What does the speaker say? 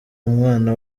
mwana